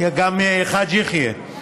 גם חאג' יחיא.